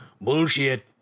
bullshit